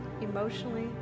emotionally